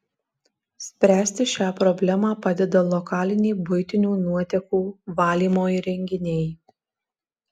spręsti šią problemą padeda lokaliniai buitinių nuotekų valymo įrenginiai